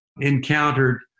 encountered